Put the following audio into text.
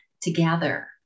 together